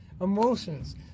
emotions